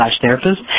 therapist